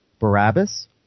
Barabbas